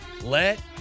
let